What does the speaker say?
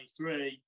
2023